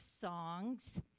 songs